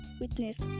witness